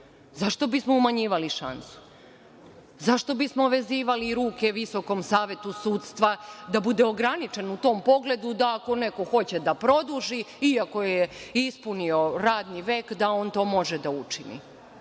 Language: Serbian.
Zašto bismo umanjivali šansu? Zašto bismo vezivali ruke Visokom savetu sudstva, da bude ograničen u tom pogledu da ako neko hoće da produži i ako je ispunio radni vek da on to može da učini.